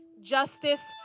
justice